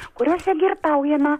kuriose girtaujama